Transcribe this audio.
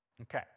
Okay